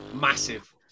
Massive